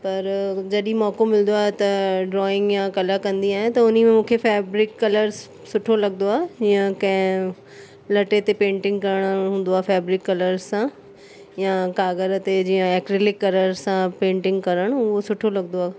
पर जॾहिं मौक़ो मिलंदो आहे त ड्रॉइंग या कला कंदी आहियां त उन में मूंखे फैब्रिक कलर्स सुठो लॻंदो आहे या कंहिं लटे ते पेंटिंग करणु हूंदो आहे फैब्रिक कलर्स सां या काॻर ते जीअं एक्रिलिक कलर्स सां पेंटिंग करणु उहो सुठो लॻंदो आहे